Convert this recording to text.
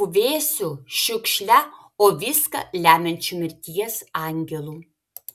puvėsiu šiukšle o viską lemiančiu mirties angelu